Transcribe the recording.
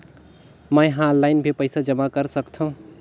मैं ह ऑनलाइन भी पइसा जमा कर सकथौं?